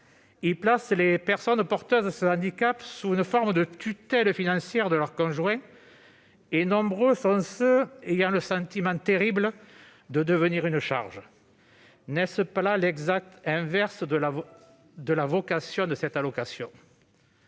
Il place ce dernier sous une forme de tutelle financière de son conjoint et nombreux sont ceux qui ont le sentiment terrible de devenir une charge. N'est-ce pas là l'exact inverse de la vocation de cette allocation ?